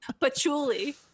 Patchouli